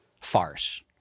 farce